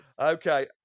Okay